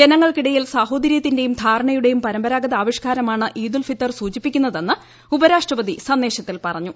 ജനങ്ങൾക്കിടയിൽ സാഹോദര്യത്തിന്റെയും ധാരണയുടെയും പരമ്പരാഗത ആവിഷ്കാരമാണ് ഈദ് ഉൽ ഫിത്തർ സൂചിപ്പിക്കുന്നതെന്ന് ഉപരാഷ്ട്രപതി സന്ദേശത്തിൽ പറഞ്ഞു